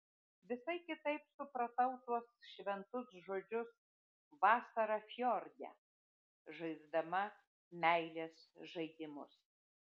visai kitaip supratau tuos šventus žodžius vasarą fjorde žaisdama meilės žaidimus